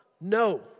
No